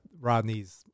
Rodney's